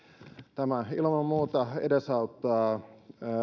tämä ilman muuta edesauttaa